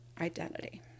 identity